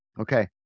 Okay